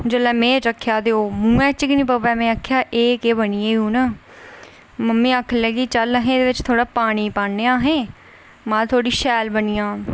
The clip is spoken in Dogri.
जेल्लै में चक्खेआ ते ओह् मुहैं च निं पवै मेरे में आक्खेआ एह् केह् बनी गेआ ई हून मम्मी आखन लग्गी चल एह्दे च थोह्ड़ा पानी ऐहें मत थोह्ड़ी शैल बनी जा